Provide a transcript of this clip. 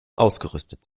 ausgerüstet